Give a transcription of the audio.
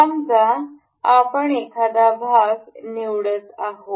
समजा आपण एखादा भाग निवडत आहोत